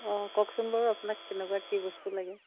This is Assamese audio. অঁ কওকচোন বাৰু আপোনাক কেনেকুৱা কি বস্তু লাগে